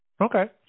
Okay